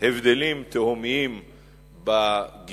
הבדלים תהומיים בגישה,